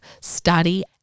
study